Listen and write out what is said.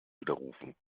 widerrufen